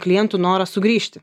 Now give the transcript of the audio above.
klientų norą sugrįžti